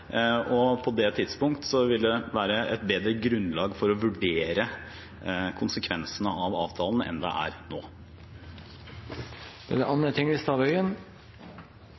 På det tidspunkt vil det være et bedre grunnlag for å vurdere konsekvensene av avtalen enn det er nå.